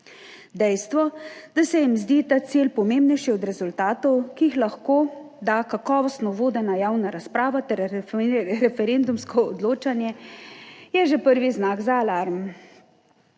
Dejstvo, da se jim zdi ta cilj pomembnejši od rezultatov, ki jih lahko da kakovostno vodena javna razprava ter referendumsko odločanje, je že prvi znak za alarm,